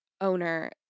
owner